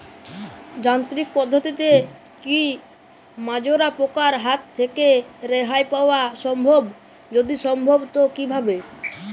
যান্ত্রিক পদ্ধতিতে কী মাজরা পোকার হাত থেকে রেহাই পাওয়া সম্ভব যদি সম্ভব তো কী ভাবে?